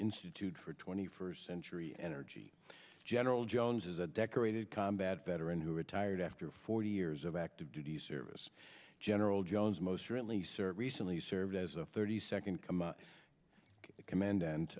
institute for twenty first century energy general jones is a decorated combat veteran who retired after forty years of active duty service general jones most certainly serve recently served as a thirty second com